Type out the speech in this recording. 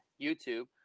YouTube